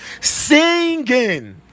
singing